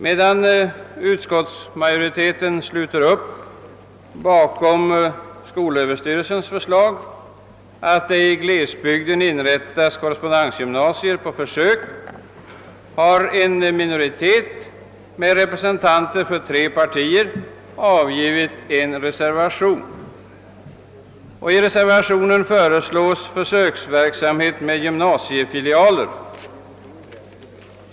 Medan utskottsmajoriteten sluter upp bakom skolöverstyrelsens förslag att i glesbygder korrespondensgymnasier bör inrättas på försök, har en minoritet med representanter för tre partier avgett en reservation, nr 1, vari föreslås försöksverksamhet med gymnasiefilialer.